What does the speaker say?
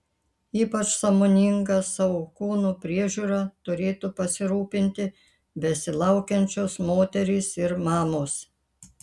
ypač sąmoninga savo kūno priežiūra turėtų pasirūpinti besilaukiančios moterys ir mamos